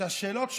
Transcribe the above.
שהשאלות שלהם,